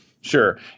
Sure